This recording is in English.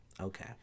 Okay